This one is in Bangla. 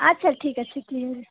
আচ্ছা ঠিক আছে ঠিক আছে